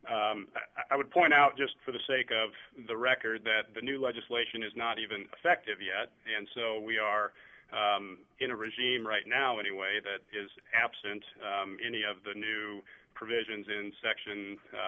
court i would point out just for the sake of the record that the new legislation is not even effective yet and so we are in a regime right now anyway that is absent any of the new provisions in section